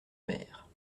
mère